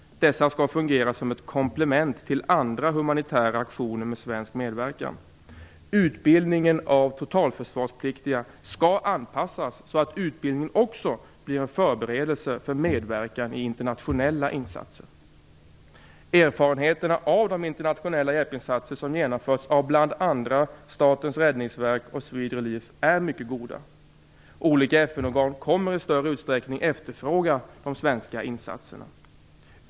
Dessa skall fungera som ett komplement till andra humanitära aktioner med svensk medverkan. Utbildningen av totalförsvarspliktiga skall anpassas så att utbildningen också blir en förberedelse för medverkan i internationella insatser. Erfarenheterna av de internationella hjälpinsatser som genomförts av bl.a. Statens räddningsverk och Swedrelief är mycket goda. Olika FN-organ kommer i större utsträckning att efterfråga svenska insatser.